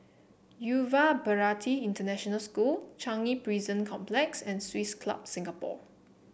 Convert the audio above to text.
Yuva Bharati International School Changi Prison Complex and Swiss Club Singapore